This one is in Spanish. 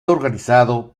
organizado